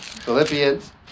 Philippians